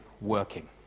working